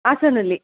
ಹಾಸನದಲ್ಲಿ